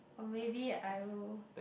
or maybe I will